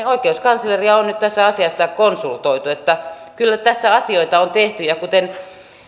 oikeuskansleria on nyt tässä asiassa konsultoitu että kyllä tässä asioita on tehty ja kuten